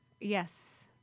Yes